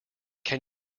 can